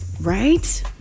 Right